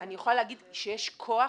אני יכולה להגיד שיש כוח